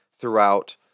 throughout